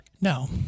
No